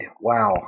Wow